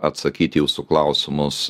atsakyti į jūsų klausimus